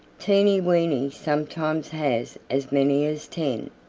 teeny weeny sometimes has as many as ten.